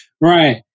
Right